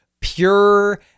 pure